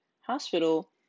hospital